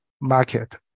market